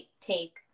take